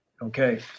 Okay